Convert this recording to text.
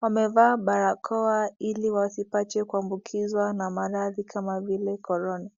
Wamevaa barakoa ili wasipate kuambukizwa na maradhi kama vile korona.